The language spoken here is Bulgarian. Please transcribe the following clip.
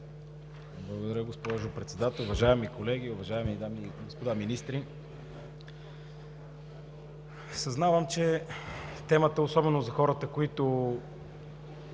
Благодаря, госпожо Председател. Уважаеми колеги, уважаеми дами и господа министри! Съзнавам, че темата, особено за хората, които